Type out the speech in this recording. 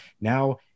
Now